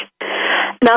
Now